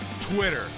twitter